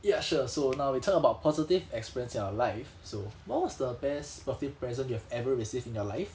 ya sure so now we talk about positive experience in your life so what was the best birthday present you have ever received in your life